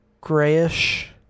grayish